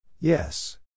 Yes